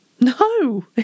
No